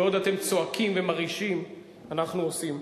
ובעוד אתם צועקים ומרעישים אנחנו עושים.